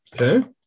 Okay